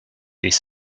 des